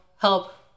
help